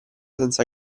senza